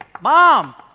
Mom